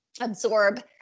absorb